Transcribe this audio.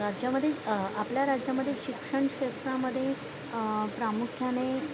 राज्यामध्ये आपल्या राज्यामध्ये शिक्षण क्षेत्रामध्ये प्रामुख्याने